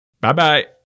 Bye-bye